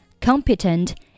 competent